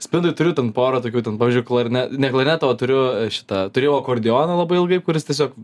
spintoj turiu ten porą tokių ten pavyzdžiui klarne ne klarnetą o turiu šitą turėjau akordeoną labai ilgai kuris tiesiog